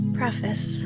preface